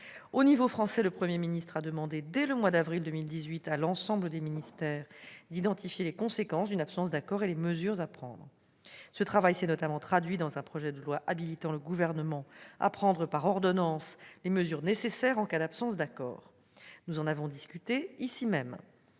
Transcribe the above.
nationale, le Premier ministre a demandé, dès le mois d'avril 2018, à l'ensemble des ministères d'identifier les conséquences d'une absence d'accord et les mesures à prendre. Ce travail s'est notamment traduit dans un projet de loi habilitant le Gouvernement à prendre par ordonnances les mesures nécessaires en cas d'absence d'accord. Nous en avons discuté ici même,